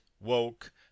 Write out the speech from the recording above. woke